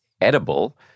edible